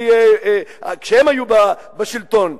כשהם היו בשלטון,